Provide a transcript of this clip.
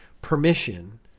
permission